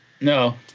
no